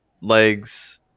legs